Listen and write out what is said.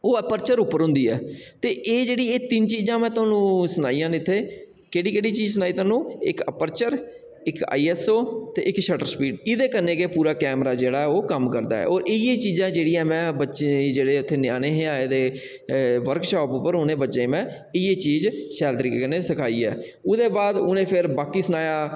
ओह् अपर्चर उप्पर होंदी ऐ ते एह् जेह्ड़ियां एह् तिन्न चीजां में थुहानूं सनाइयां न इत्थै केह्ड़ी केह्ड़ी चीज सनाई थुहानूं इक अपर्चर इक आईएसओ ते इक शटर स्पीड एह्दे कन्नै गै पूरा कैमरा जेह्ड़ा ओह् कम्म करदा ऐ और इ'यै चीजां जेह्ड़ियां में बच्चें ई जेह्ड़े उत्थै न्यानें हे आए दे वर्कशाप उप्पर उ'नें ई बच्चें ई में इ'यै चीज शैल तरीके कन्नै सखाई ऐ ओह्दे बाद उ'नें फिर बाकी सनाया